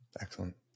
Excellent